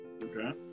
Okay